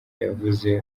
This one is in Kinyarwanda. yavuze